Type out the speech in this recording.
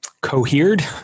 cohered